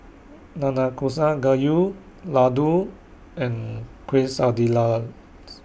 Nanakusa Gayu Ladoo and Quesadillas